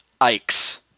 Ikes